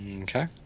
Okay